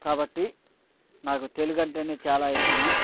కాబట్టి నాకు తెలుగు అంటే చాలా ఇష్టం